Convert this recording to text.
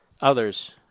others